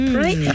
right